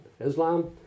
Islam